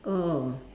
oh